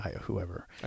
whoever